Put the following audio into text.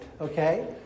okay